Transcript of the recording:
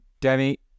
Demi